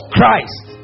Christ